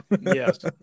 yes